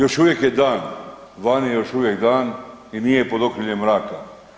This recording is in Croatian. Još uvijek je dan, vani je još uvijek dan i nije pod okriljem mraka.